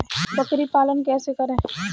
बकरी पालन कैसे करें?